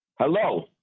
Hello